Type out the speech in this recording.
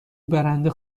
برنده